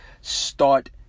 start